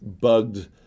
bugged